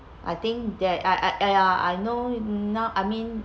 I think that I I ya I know now I mean